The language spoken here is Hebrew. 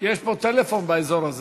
יש פה טלפון באזור הזה.